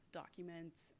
documents